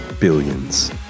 billions